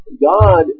God